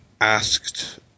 asked